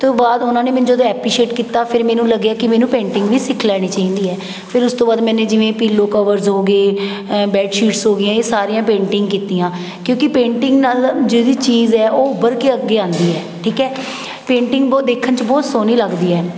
ਉਹ ਤੋਂ ਬਾਅਦ ਉਹਨਾਂ ਨੇ ਮੈਨੂੰ ਜਦੋਂ ਐਪਰੀਸ਼ੀਏਟ ਕੀਤਾ ਫਿਰ ਮੈਨੂੰ ਲੱਗਿਆ ਕਿ ਮੈਨੂੰ ਪੇਂਟਿੰਗ ਵੀ ਸਿੱਖ ਲੈਣੀ ਚਾਹੀਦੀ ਹੈ ਫਿਰ ਉਸ ਤੋਂ ਬਾਅਦ ਮੈਨੇ ਜਿਵੇਂ ਪੀਲੋ ਕਵਰਸ ਹੋ ਗਏ ਬੈੱਡ ਸ਼ੀਟਸ ਹੋ ਗਈਆਂ ਇਹ ਸਾਰੀਆਂ ਪੇਂਟਿੰਗ ਕੀਤੀਆਂ ਕਿਉਂਕਿ ਪੇਂਟਿੰਗ ਨਾਲ ਜਿਹੜੀ ਚੀਜ਼ ਹੈ ਉਹ ਉੱਭਰ ਕੇ ਅੱਗੇ ਆਉਂਦੀ ਹੈ ਠੀਕ ਹੈ ਪੇਂਟਿੰਗ ਬਹੁਤ ਦੇਖਣ 'ਚ ਬਹੁਤ ਸੋਹਣੀ ਲੱਗਦੀ ਹੈ